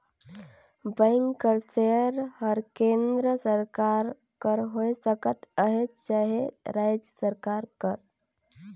bank कर share हर केन्द्र सरकार कर होए सकत अहे चहे राएज सरकार कर